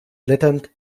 blätternd